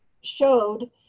showed